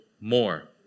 more